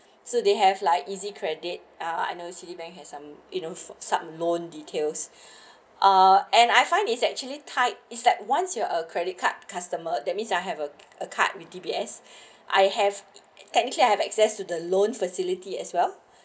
so they have like easy credit ah citibank has some you know some loan details ah and I find it's actually type it's like once you are a credit card customers that means I have a a card with D_B_S I have technically I have access to the loan facility as well